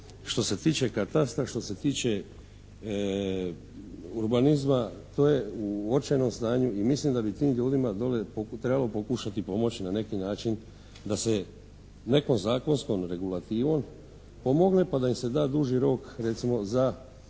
što se tiče katastra, što se tiče urbanizma to je u očajnom stanju i mislim da bi tim ljudima dole trebalo pokušati pomoći na neki način da se nekom zakonskom regulativom pomogne pa da im se da duži rok recimo za